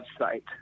website